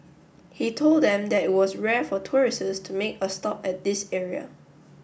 he told them that it was rare for tourists to make a stop at this area